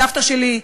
סבתא שלי,